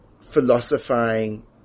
philosophizing